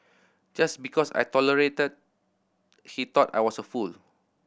just because I tolerated he thought I was a fool